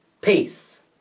Peace